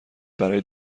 برای